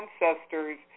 ancestors